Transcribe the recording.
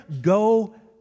go